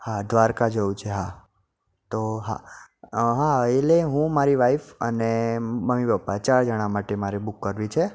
હા દ્વારકા જવું છે હા તો હા હા એટલે હું મારી વાઈફ અને મમ્મી પપ્પા ચાર જણાં માટે મારે બુક કરવી છે